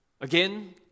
Again